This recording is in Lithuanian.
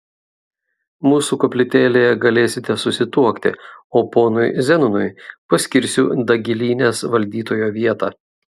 mūsų koplytėlėje galėsite susituokti o ponui zenonui paskirsiu dagilynės valdytojo vietą